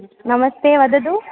नमस्ते वदतु